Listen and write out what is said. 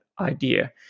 idea